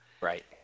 Right